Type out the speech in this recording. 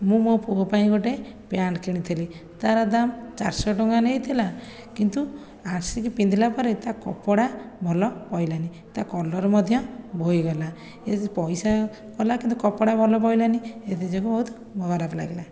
ମୁଁ ମୋ ପୁଅ ପାଇଁ ଗୋଟେ ପ୍ୟାଣ୍ଟ କିଣିଥିଲି ତାର ଦାମ୍ ଚାରିଶହ ଟଙ୍କା ନେଇଥିଲା କିନ୍ତୁ ଆସିକି ପିନ୍ଧିଲା ପରେ ତା କପଡ଼ା ଭଲ ପଡ଼ିଲାନି ତା କଲର ମଧ୍ୟ ବୋହିଗଲା ପଇସା ଗଲା କିନ୍ତୁ କପଡ଼ା ଭଲ ପଡ଼ିଲାନି ଏଥିଯୋଗୁଁ ବହୁତ ଖରାପ ଲାଗିଲା